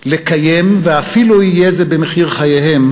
לקיים ואפילו יהיה זה במחיר חייהם את